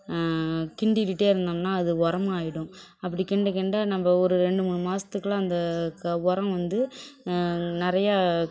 கிண்டிகிட்டு இருந்தோம்னா அது உரமாயிடும் அப்படி கிண்ட கிண்ட நம்ம ஒரு ரெண்டு மூணு மாதத்துக்குள்ள அந்த க உரம் வந்து நிறையா